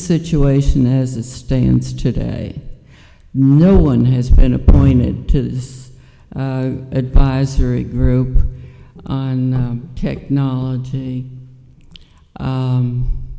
situation as it stands today no one has been appointed to this advisory group on technology